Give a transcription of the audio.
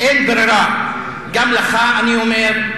אני לא מרגיש צורך להצטדק.